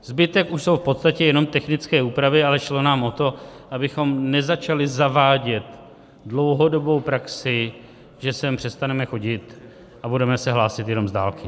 Zbytek už jsou v podstatě jenom technické úpravy, ale šlo nám o to, abychom nezačali zavádět dlouhodobou praxi, že sem přestaneme chodit a budeme se hlásit jenom z dálky.